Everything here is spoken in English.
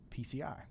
PCI